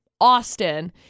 Austin